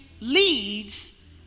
leads